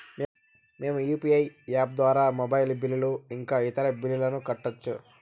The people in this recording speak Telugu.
మేము యు.పి.ఐ యాప్ ద్వారా మొబైల్ బిల్లు ఇంకా ఇతర బిల్లులను కట్టొచ్చు